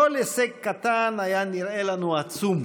כל הישג קטן היה נראה לנו עצום.